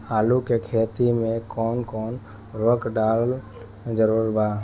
आलू के खेती मे कौन कौन उर्वरक डालल जरूरी बा?